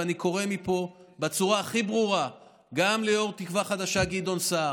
ואני קורא מפה בצורה הכי ברורה גם ליושב-ראש תקווה חדשה גדעון סער,